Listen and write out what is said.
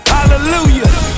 Hallelujah